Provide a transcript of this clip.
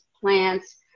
plants